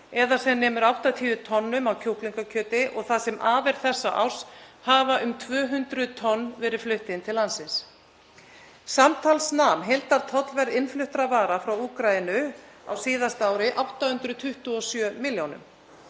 eða sem nemur 80 tonnum á kjúklingakjöti, og það sem af er þessa árs hafa um 200 tonn verið flutt inn til landsins. Samtals nam heildartollverð innfluttra vara frá Úkraínu á síðasta ári 827 milljónum;